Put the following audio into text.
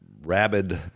rabid